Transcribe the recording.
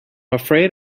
afraid